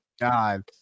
God